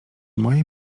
mojej